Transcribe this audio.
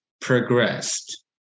progressed